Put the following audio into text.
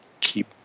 keep